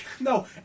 No